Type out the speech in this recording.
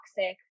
toxic